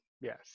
yes